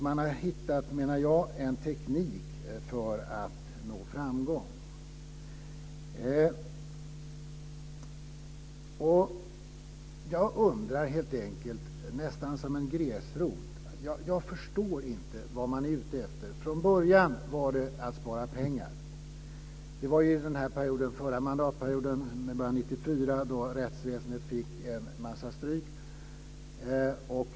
Man har också, menar jag, hittat en teknik för att nå framgång. Här undrar jag, nästan som en gräsrot, vad det är man är ute efter. Från början var det att spara pengar. Det var under den förra mandatperioden med början 1994, då rättsväsendet fick en massa stryk.